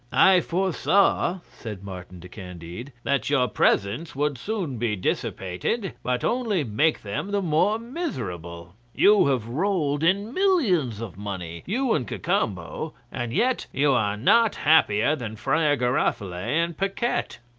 i foresaw, said martin to candide, that your presents would soon be dissipated, and but only make them the more miserable. you have rolled in millions of money, you and cacambo and yet you are not happier than friar giroflee and paquette.